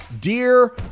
Dear